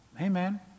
Amen